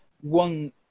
one